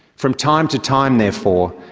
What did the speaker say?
from time to time, therefore,